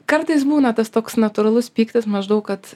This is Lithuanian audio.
kartais būna tas toks natūralus pyktis maždaug kad